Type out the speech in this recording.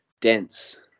dense